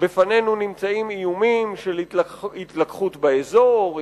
בפנינו נמצאים איומים של התלקחות באזור,